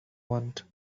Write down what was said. want